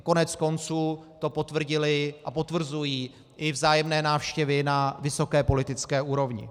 Koneckonců to potvrdily a potvrzují i vzájemné návštěvy na vysoké politické úrovni.